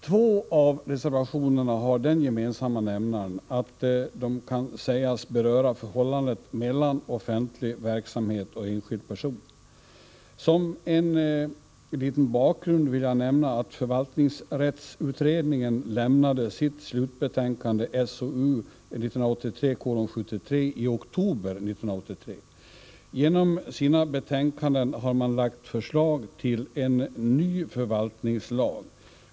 Två av reservationerna har den gemen samma nämnaren att de kan sägas beröra förhållandet mellan offentlig verksamhet och enskild person. Som en liten bakgrund vill jag nämna att förvaltningsrättsutredningen lämnade sitt slutbetänkande SOU 1983:73 i oktober 1983. Genom sina betänkanden har man lagt förslag till en ny förvaltningslag.